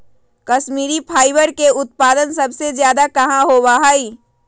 Kashmiri fibre के उत्पादन सबसे ज्यादा कहाँ होबा हई?